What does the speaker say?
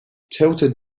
tilted